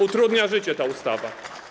Utrudnia życie ta ustawa.